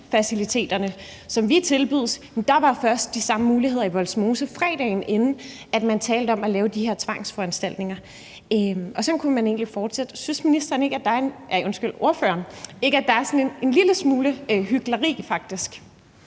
isolationsfaciliteter, som vi tilbydes, var der først de samme muligheder i Vollsmose, fredagen inden man talte om at lave de her tvangsforanstaltninger, og sådan kunne man egentlig fortsætte. Synes ordføreren ikke, at der faktisk er sådan en lille smule hykleri?